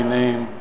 name